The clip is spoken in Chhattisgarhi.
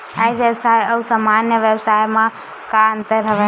ई व्यवसाय आऊ सामान्य व्यवसाय म का का अंतर हवय?